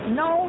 no